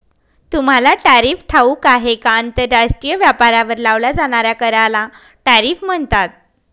तुम्हाला टॅरिफ ठाऊक आहे का? आंतरराष्ट्रीय व्यापारावर लावल्या जाणाऱ्या कराला टॅरिफ म्हणतात